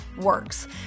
works